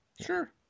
Sure